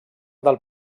del